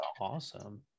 awesome